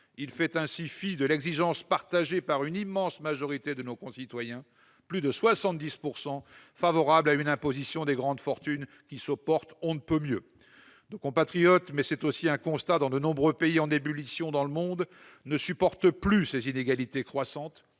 il fait fi de l'exigence partagée par une immense majorité de nos concitoyens- plus de 70 % -d'une imposition des grandes fortunes, qui, elles, se portent on ne peut mieux. Nos compatriotes- c'est aussi un constat dans de nombreux pays en ébullition dans le monde -ne supportent plus ces inégalités croissantes,